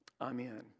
Amen